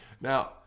now